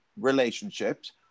relationships